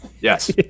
Yes